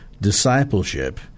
discipleship